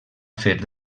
fer